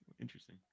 Interesting